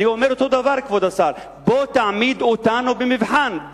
אני אומר את אותו דבר: בוא תעמיד אותנו במבחן,